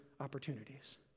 opportunities